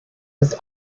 was